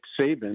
Saban